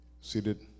seated